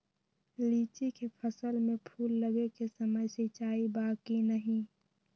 लीची के फसल में फूल लगे के समय सिंचाई बा कि नही?